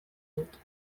dut